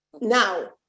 Now